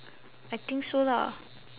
I think so lah